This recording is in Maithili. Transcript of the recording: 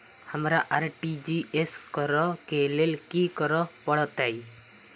हमरा आर.टी.जी.एस करऽ केँ लेल की करऽ पड़तै?